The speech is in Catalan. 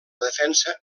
defensa